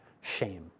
shame